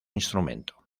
instrumento